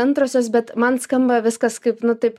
antrosios bet man skamba viskas kaip nu taip